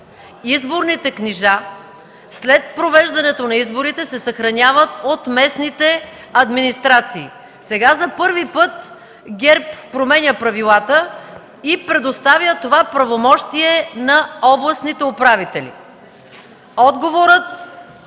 изборните книжа след провеждането на изборите се съхраняват от местните администрации. Сега за първи път ГЕРБ променя правилата и предоставя това правомощие на областните управители.